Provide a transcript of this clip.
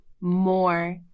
more